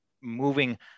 moving